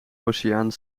oceaan